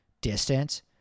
distance